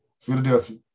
Philadelphia